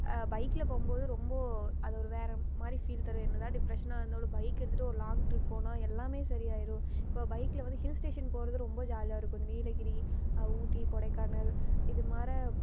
பைக்கில் போகும் போது ரொம்ப அது ஒரு வேறு மாதிரி ஃபீல் தரும் என்னதான் டிப்ரஷனாக இருந்தாலும் பைக்கை எடுத்துகிட்டு ஒரு லாங் ட்ரிப் போனால் எல்லாமே சரி ஆகிரும் இப்போ பைக்கில் வந்து ஹில்ஸ் ஸ்டேஷன் போவது ரொம்ப ஜாலியா இருக்கும் இந்த நீலகிரி ஊட்டி கொடைக்கானல் இது மாரி